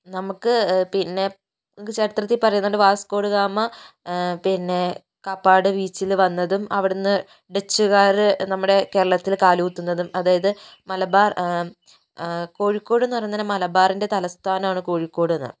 നമുക്ക് പിന്നെ നമുക്ക് ചരിത്രത്തിൽ പറയുന്നുണ്ട് വാസ്കോഡിഗാമ പിന്നെ കാപ്പാട് ബീച്ചില് വന്നതും അവിടെനിന്ന് ഡച്ചുകാർ നമ്മുടെ കേരളത്തില് കാലുകുത്തുന്നതും അതായത് മലബാർ കോഴിക്കോടെന്ന് പറയുന്നേരം മലബാറിൻ്റെ തലസ്ഥാനമാണ് കോഴിക്കോട്